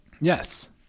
Yes